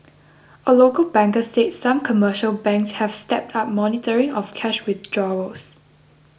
a local banker said some commercial banks have stepped up monitoring of cash withdrawals